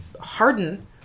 harden